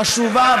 חשובה,